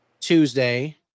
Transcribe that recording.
Tuesday